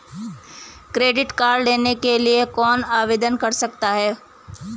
Credit card लेने के लिए कौन आवेदन कर सकता है?